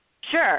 Sure